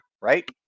right